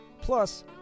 Plus